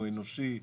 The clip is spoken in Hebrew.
הוא אנושי.